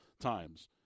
times